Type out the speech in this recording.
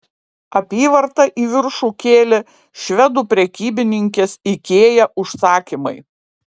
apyvartą į viršų kėlė švedų prekybininkės ikea užsakymai